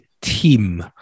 team